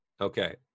Okay